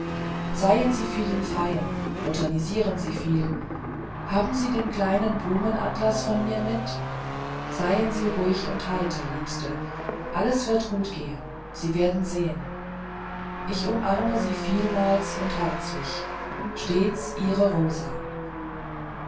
seien sie viel im freien botanisieren sie viel haben sie den kleinen blumenatlas von mir mit seien sie ruhig und heiter liebste alles wird gut gehen sie werden sehen ich umarme sie vielmals und herzlich stets ihre rosa